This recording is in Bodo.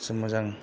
जों मोजां